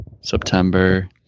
September